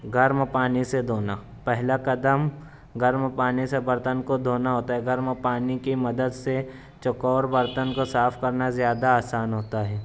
گرم پانی سے دھونا پہلا قدم گرم پانی سے برتن کو دھونا ہوتا ہے گرم پانی کی مدد سے چوکور برتن کو صاف کرنا زیادہ آسان ہوتا ہے